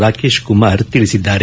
ರಾಕೇಶ್ ಕುಮಾರ್ ತಿಳಿಸಿದ್ದಾರೆ